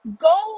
Go